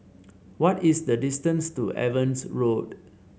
what is the distance to Evans Road